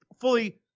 fully